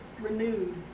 renewed